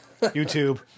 YouTube